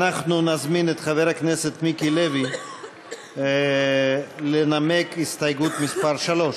ואנחנו נזמין את חבר הכנסת מיקי לוי לנמק את הסתייגות מס' 3,